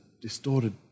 distorted